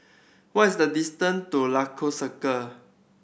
what is the distance to Lagos Circle